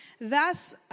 thus